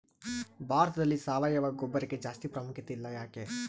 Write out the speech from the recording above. ಭಾರತದಲ್ಲಿ ಸಾವಯವ ಗೊಬ್ಬರಕ್ಕೆ ಜಾಸ್ತಿ ಪ್ರಾಮುಖ್ಯತೆ ಇಲ್ಲ ಯಾಕೆ?